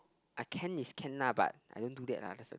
I can is can lah but I don't do that lah that's the